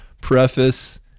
Preface